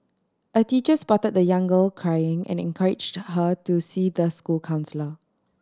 a teacher spotted the young girl crying and encouraged her to see the school counsellor